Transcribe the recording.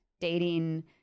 dating